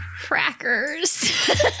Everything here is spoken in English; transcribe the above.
crackers